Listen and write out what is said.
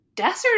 Desert